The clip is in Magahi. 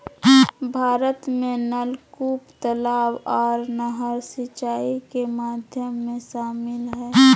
भारत में नलकूप, तलाब आर नहर सिंचाई के माध्यम में शामिल हय